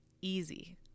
easy